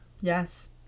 Yes